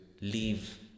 leave